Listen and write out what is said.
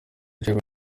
ikirego